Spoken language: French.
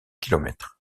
kilomètres